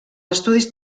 estudis